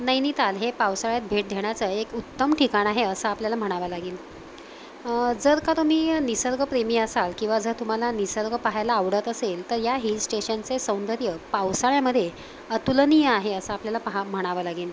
नैनिताल हे पावसाळ्यात भेट देण्याचं एक उत्तम ठिकाण आहे असं आपल्याला म्हणावं लागेल जर का तुम्ही निसर्गप्रेमी असाल किंवा जर तुम्हाला निसर्ग पाहायला आवडत असेल तर या हिल स्टेशनचे सौंदर्य पावसाळ्यामध्ये अतुलनीय आहे असं आपल्याला पहा म्हणावं लागेल